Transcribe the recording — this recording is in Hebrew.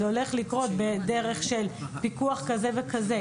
זה הולך לקרות בדרך של פיקוח כזה וכזה.